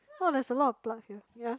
what there's a lot of blood here yeah